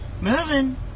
moving